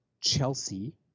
Chelsea